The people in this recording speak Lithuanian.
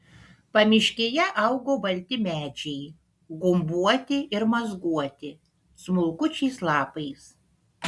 pamiškėje augo balti medžiai gumbuoti ir mazguoti smulkučiais lapais